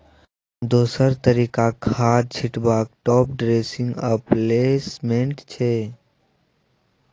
दोसर तरीका खाद छीटबाक टाँप ड्रेसिंग आ प्लेसमेंट छै